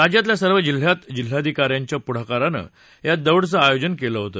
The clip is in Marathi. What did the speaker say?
राज्यातल्या सर्व जिल्ह्यांत जिल्हाधिकाऱ्यांच्या पुढाकारानं या दौडचं आयोजन केलं होत